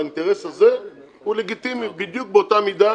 האינטרס הזה הוא לגיטימי בדיוק באותה מידה